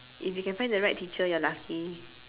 if you can find the right teacher you're lucky